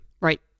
Right